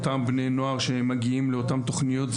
אותם בני נוער שמגיעים לאותן תוכניות,